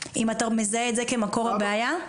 אם אתה מזהה את זה כמקור הבעיה?